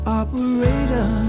operator